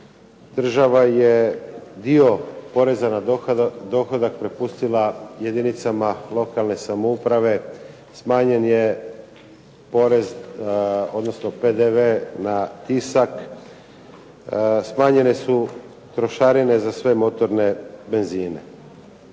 država je dio poreza na dohodak prepustila jedinicama lokalne samouprave, smanjen je porez, odnosno PDV na tisak, smanjene su trošarine za sve motorne benzine.